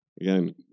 again